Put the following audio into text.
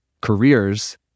careers